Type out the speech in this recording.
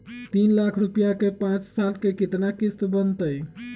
तीन लाख रुपया के पाँच साल के केतना किस्त बनतै?